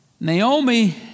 Naomi